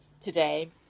today